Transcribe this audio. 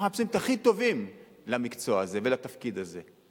אנחנו מחפשים את הכי טובים למקצוע הזה ולתפקיד הזה.